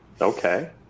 Okay